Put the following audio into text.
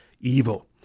evil